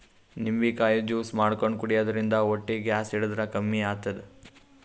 ನಿಂಬಿಕಾಯಿ ಜ್ಯೂಸ್ ಮಾಡ್ಕೊಂಡ್ ಕುಡ್ಯದ್ರಿನ್ದ ಹೊಟ್ಟಿ ಗ್ಯಾಸ್ ಹಿಡದ್ರ್ ಕಮ್ಮಿ ಆತದ್